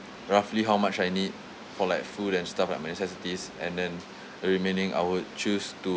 roughly how much I need for like food and stuff like my necessities and then remaining I would choose to